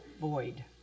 void